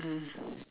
mm